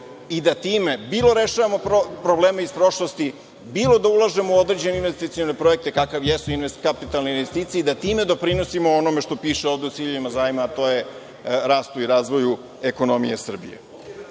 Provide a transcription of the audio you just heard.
i da time, bilo rešavamo probleme iz prošlosti, bilo da ulažemo određene investicione projekte, kakve jesu kapitalne investicije i da time doprinosimo onome što ovde piše o ciljevima zajma, a to je o rastu i razvoju ekonomije Srbije. Kada